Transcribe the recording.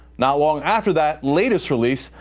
not long after that latest release,